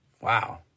Wow